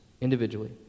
individually